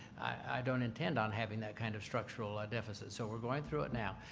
i don't intend on having that kind of structural ah deficit so we're going through it now.